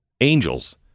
angels